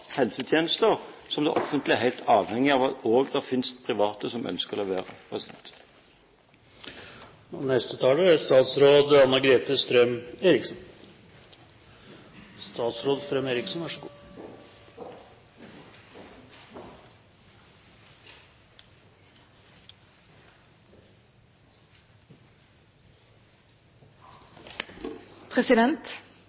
helsetjenester, som det offentlige er helt avhengig av – og at det finnes private som ønsker